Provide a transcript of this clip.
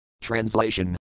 Translation